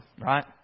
Right